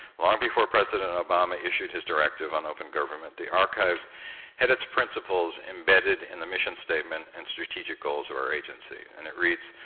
long before president obama issued his directive on open government, the archives had its principles embedded in the mission statement and strategic goals of our agency, and it reads,